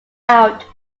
out